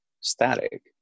static